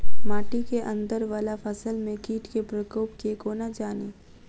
माटि केँ अंदर वला फसल मे कीट केँ प्रकोप केँ कोना जानि?